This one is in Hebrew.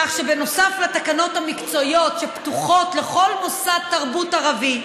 כך שבנוסף לתקנות המקצועיות שפתוחות לכל מוסד תרבות ערבי,